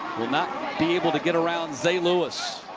will not be able to get around zay lewis.